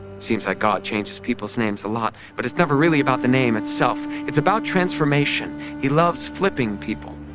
seems like god changes people's names a lot but it's never really about the name itself, it's about transformation. he loves flipping people,